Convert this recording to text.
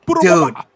dude